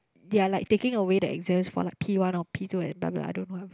they're like taking away the exams for like P-one or P-two and blah blah I don't know ah